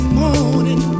morning